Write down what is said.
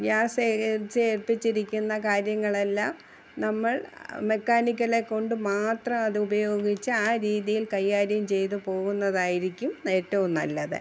gas ഏജൻസിയെ ഏല്പിച്ചിരിക്കുന്ന കാര്യങ്ങളെല്ലാം നമ്മൾ മെക്കാനിക്കുകളെ കൊണ്ട് മാത്രം അത് ഉപയോഗിച്ച് ആ രീതിയിൽ കൈകാര്യം ചെയ്തു പോവുന്നതായിരിക്കും ഏറ്റവും നല്ലത്